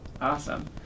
Awesome